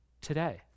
today